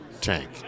Tank